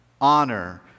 honor